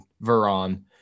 veron